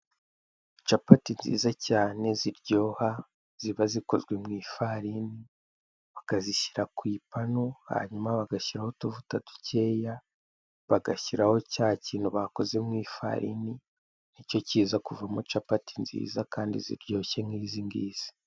capati nziza cyane ziryoha ziba zikozwe mu ifarini bakazishyira ku ipanu basizeho utuvuta dukeya hanyuma bagashyiraho cya kintu bakoze mu ifarini kiavamo capati ziryoshye kandi nk'izi ngizi.